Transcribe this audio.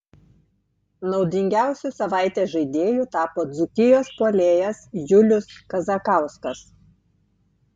naudingiausiu savaitės žaidėju tapo dzūkijos puolėjas julius kazakauskas